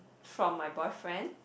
from my boyfriend